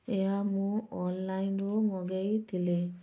ଏହା ମୁଁ ଅନ୍ଲାଇନରୁ ମଗାଇ ଥିଲି